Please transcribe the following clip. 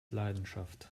leidenschaft